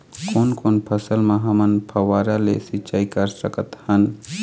कोन कोन फसल म हमन फव्वारा ले सिचाई कर सकत हन?